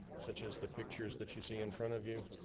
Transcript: such as the pictures that you see in front of you.